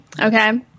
okay